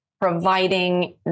providing